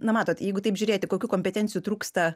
na matot jeigu taip žiūrėti kokių kompetencijų trūksta